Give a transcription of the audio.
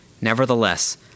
Nevertheless